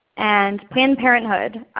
and planned parenthood,